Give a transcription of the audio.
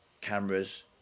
cameras